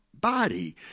body